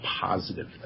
positive